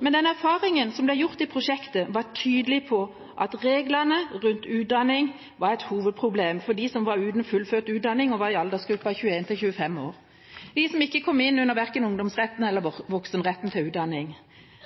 Men den erfaringen som ble gjort i prosjektet, var tydelig på at reglene rundt utdanning var et hovedproblem for dem som var uten fullført utdanning og var i aldersgruppa 21–25 år – de som ikke kom inn under verken ungdomsretten eller voksenretten til utdanning.